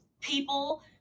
people